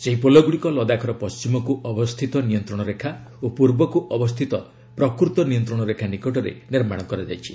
ସେହି ପୋଲଗୁଡ଼ିକ ଲଦାଖର ପଶ୍ଚିମକୁ ଅବସ୍ଥିତ ନିୟନ୍ତ୍ରଣ ରେଖା ଓ ପୂର୍ବକୁ ଅବସ୍ଥିତ ପ୍ରକୃତ ନିୟନ୍ତ୍ରଣ ରେଖା ନିକଟରେ ନିର୍ମାଣ କରାଯାଇଛି